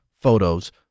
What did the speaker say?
photos